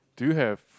do you have